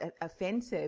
offensive